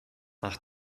nach